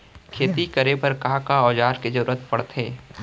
खेती करे बर का का औज़ार के जरूरत पढ़थे?